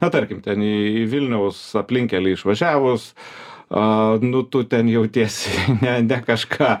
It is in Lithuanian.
na tarkim ten į vilniaus aplinkelį išvažiavus a nu tu ten jautiesi ne ne kažką